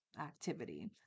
activity